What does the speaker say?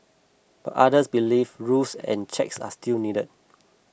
but others believe rules and checks are still needed